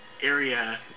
area